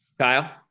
Kyle